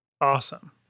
Awesome